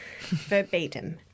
verbatim